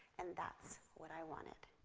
and that's what i wanted.